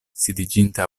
sidiĝinte